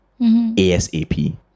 ASAP